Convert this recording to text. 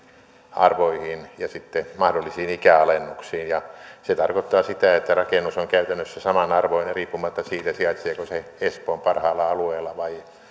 arvoihin ja sitten mahdollisiin ikäalennuksiin se tarkoittaa sitä että rakennus on käytännössä samanarvoinen riippumatta siitä sijaitseeko se espoon parhaalla alueella vai